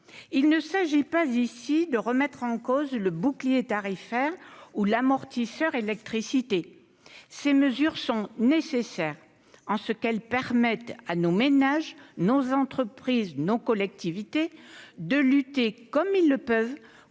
Il ne s'agit pas de remettre en cause le bouclier tarifaire ou l'amortisseur électricité. Ces mesures sont nécessaires, en ce qu'elles permettent à nos ménages, nos entreprises et nos collectivités de lutter comme ils le peuvent